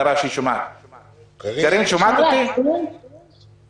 ראוי שנעשה את זה כי סעיף החיוניות הולך לאיבוד.